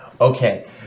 Okay